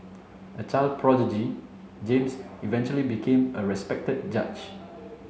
a child prodigy James eventually became a respected judge